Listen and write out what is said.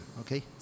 Okay